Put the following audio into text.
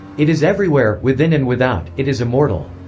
it is everywhere, within and without, it is immortal.